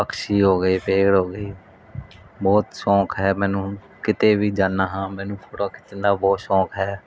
ਪਕਸ਼ੀ ਹੋ ਗਏ ਪੇੜ ਹੋ ਗਏ ਬਹੁਤ ਸ਼ੌਂਕ ਹੈ ਮੈਨੂੰ ਕਿਤੇ ਵੀ ਜਾਂਦਾ ਹਾਂ ਮੈਨੂੰ ਫੋਟੋਆਂ ਖਿੱਚਣ ਦਾ ਬਹੁਤ ਸ਼ੌਂਕ ਹੈ